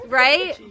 right